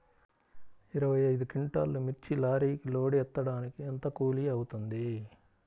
ఇరవై ఐదు క్వింటాల్లు మిర్చి లారీకి లోడ్ ఎత్తడానికి ఎంత కూలి అవుతుంది?